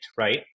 right